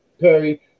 Perry